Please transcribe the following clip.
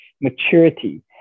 maturity